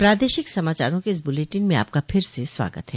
प्रादेशिक समाचारों के इस बुलेटिन में आपका फिर से स्वागत है